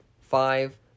Five